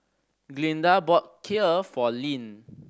Glinda bought Kheer for Leanne